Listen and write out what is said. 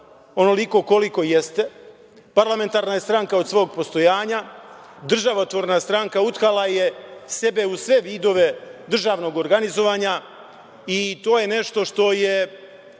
onoliko koliko jeste. Parlamentarna je stranka od svog postojanja, državotvorna stranka, utkala je sebe u sve vidove državnog organizovanja i to je nešto što je